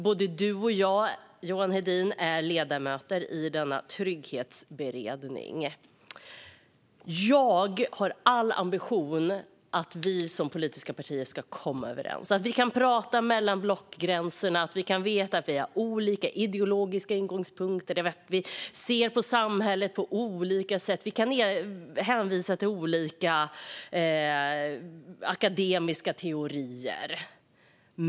Både Johan Hedin och jag är ledamöter i denna trygghetsberedning. Jag har all ambition att vi politiska partier ska komma överens, att vi kan prata mellan blockgränserna, att vi kan veta att vi har olika ideologiska ingångspunkter, att vi ser på samhället på olika sätt, att vi kan hänvisa till olika akademiska teorier.